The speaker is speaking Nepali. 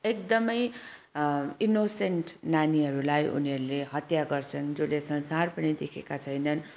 एकदमै इनोसेन्ट नानीहरूलाई उनीहरूले हत्या गर्छन् जसले संसार पनि देखेका छैनन्